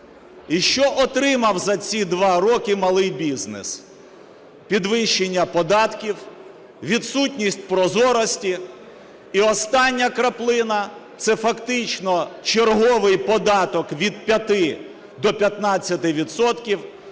І що отримав за ці два роки малий бізнес? Підвищення податків, відсутність прозорості, і остання краплина – це фактично черговий податок від 5 до 15